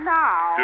now